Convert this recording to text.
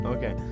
Okay